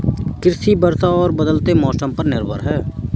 कृषि वर्षा और बदलते मौसम पर निर्भर है